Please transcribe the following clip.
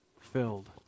filled